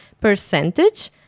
percentage